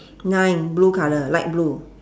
nine blue color light blue